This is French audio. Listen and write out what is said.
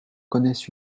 connaissent